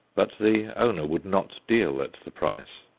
but the owner would not deal at the price.